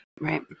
Right